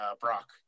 Brock